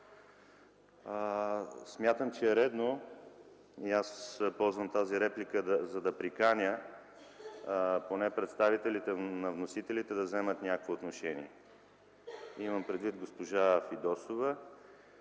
Смятам, че е редно - ползвам тази реплика, за да поканя поне представителите на вносителите - да вземат отношение. Имам предвид госпожа Фидосова